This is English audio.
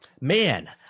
man